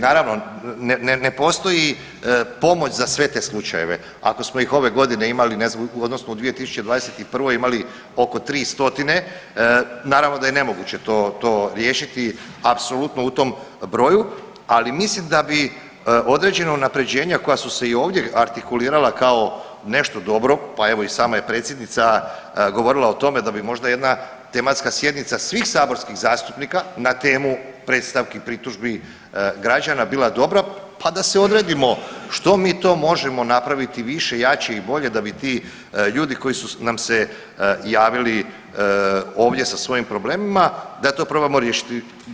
Naravno ne postoji pomoć za sve te slučajeve, ako smo ih ove godine imali ne znam odnosno u 2021. imali oko 300 naravno da je nemoguće to riješiti apsolutno u tom broju, ali mislim da bi određena unapređenja koja su se i ovdje artikulirala kao nešto dobro pa evo i sama je predsjednica govorila o tome da bi možda jedna tematska sjednica svih saborskih zastupnika na temu predstavki pritužbi građana bila dobra pa da se odredimo što mi to možemo napraviti više, jače i bolje da bi ti ljudi koji su nam se javili ovdje sa svojim problemima da to probamo riješiti.